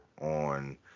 on